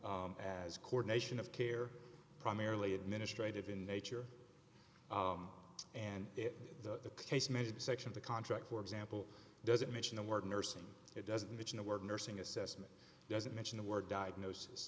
services as coordination of care primarily administrative in nature and in the case measured section the contract for example doesn't mention the word nursing it doesn't mention the word nursing assessment doesn't mention the word diagnosis